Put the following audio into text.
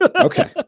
Okay